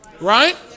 Right